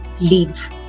leads